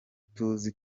tuzi